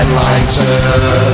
lighter